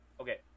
okay